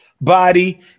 body